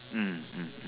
mm mm mm